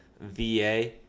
va